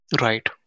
Right